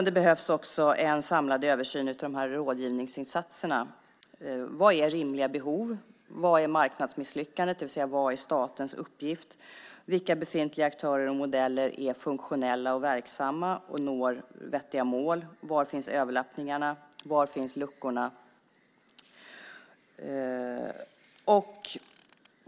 Det behövs också en samlad översyn av de här rådgivningsinsatserna. Vad är rimliga behov? Vad är marknadsmisslyckandet, det vill säga vad är statens uppgift? Vilka befintliga aktörer och modeller är funktionella och verksamma och når vettiga mål? Var finns överlappningarna? Var finns luckorna?